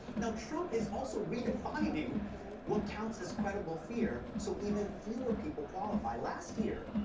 now, trump is also redefining what counts as credible fear. so even fewer people qualify. last year,